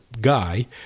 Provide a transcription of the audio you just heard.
guy